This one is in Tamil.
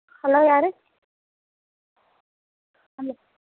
ஹலோ யார் ஹலோ